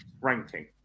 Ranking